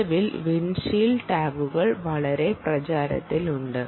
നിലവിൽ വിൻഡ്ഷീൽഡ് ടാഗുകൾ വളരെ പ്രചാരത്തിലുണ്ട്